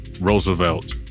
Roosevelt